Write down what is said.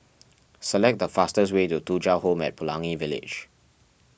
select the fastest way to Thuja Home at Pelangi Village